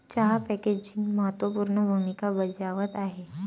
चहा पॅकेजिंग महत्त्व पूर्ण भूमिका बजावत आहे